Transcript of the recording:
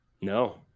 No